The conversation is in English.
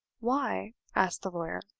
why? asked the lawyer.